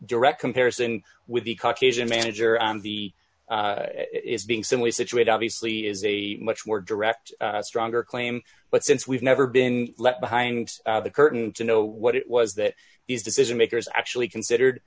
direct comparison with the caucasian manager and the being simply scituate obviously is a much more direct stronger claim but since we've never been left behind the curtain to know what it was that is decision makers actually considered